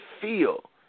feel